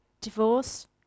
divorce